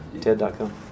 Ted.com